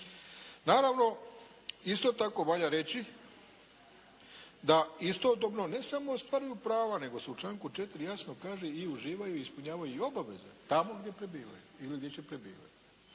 Naravno isto tako valja reći da istodobno ne samo ostvaruju prava nego se u članku 4. jasno kaže i uživaju i ispunjavaju i obaveze tamo gdje prebivaju ili gdje će prebivati.